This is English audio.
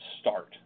start